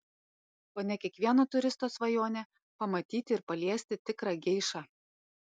kone kiekvieno turisto svajonė pamatyti ir paliesti tikrą geišą